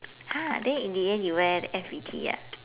!huh! then in the end you wear F_B_T ah